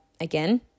Again